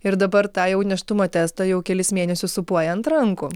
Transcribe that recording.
ir dabar tą jau nėštumo testą jau kelis mėnesius sūpuoja ant rankų